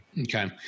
Okay